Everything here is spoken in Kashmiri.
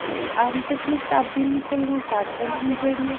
ٲں اَمہِ قسمٕچۍ تبدیٖلی چھِ یوان سڑکَن ہنٚدۍ ذریعہِ